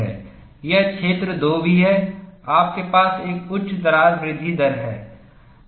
यह क्षेत्र 2 भी है आपके पास एक उच्च दरार वृद्धि दर है